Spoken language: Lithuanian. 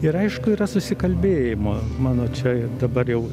ir aišku yra susikalbėjimo mano čia dabar jau